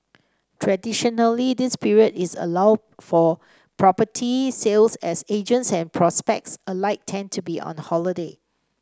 traditionally this period is a lull for property sales as agents and prospects alike tend to be on holiday